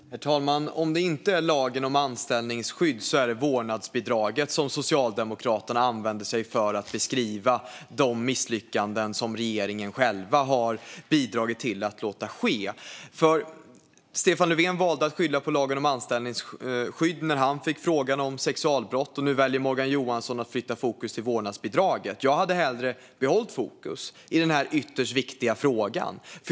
Herr talman! Om det inte är lagen om anställningsskydd är det vårdnadsbidraget som Socialdemokraterna använder för att beskriva de misslyckanden som regeringen har bidragit till att låta ske. Stefan Löfven valde att skylla på lagen om anställningsskydd när han fick frågor om sexualbrott, och nu väljer Morgan Johansson att flytta fokus till vårdnadsbidraget. Jag hade hellre behållit fokus på den här ytterst viktiga frågan.